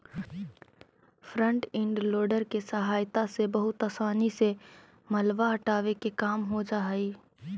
front end loader के सहायता से बहुत असानी से मलबा हटावे के काम हो जा हई